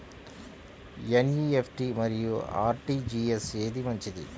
NEFT మరియు RTGS ఏది మంచిది?